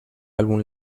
álbum